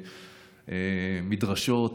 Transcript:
מדרשות,